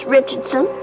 Richardson